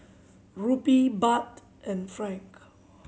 Rupee Baht and Franc